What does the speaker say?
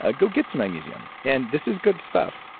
ah go get some magnesium. and this is good stuff.